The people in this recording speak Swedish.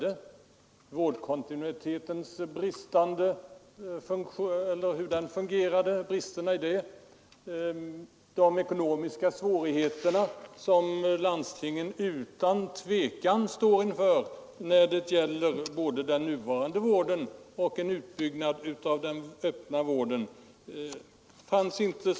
Det fanns hos herr Karlsson i Huskvarna inte någon större förståelse för vare sig bristerna i vårdkontinuiteten eller de ekonomiska svårigheter, som landstingen utan tvivel står inför när det gäller både den nuvarande slutna vården och en utbyggnad av den öppna vården.